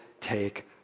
take